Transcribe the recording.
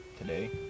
today